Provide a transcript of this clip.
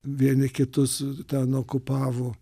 vieni kitus ten okupavo